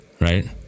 right